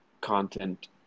content